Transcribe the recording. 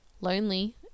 lonely